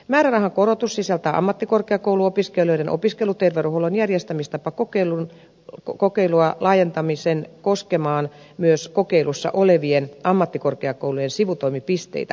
määrärahan korotus sisältää ammattikorkeakouluopiskelijoiden opiskeluterveydenhuollon järjestämistapakokeilun laajentamisen koskemaan myös kokeilussa olevien ammattikorkeakoulujen sivutoimipisteitä